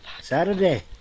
Saturday